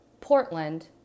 Portland